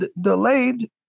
delayed